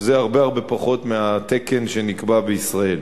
שזה הרבה הרבה פחות מהתקן שנקבע בישראל.